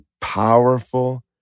powerful